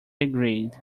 agreed